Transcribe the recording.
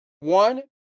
One